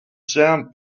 sand